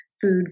food